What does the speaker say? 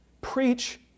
preach